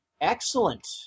Excellent